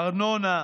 ארנונה,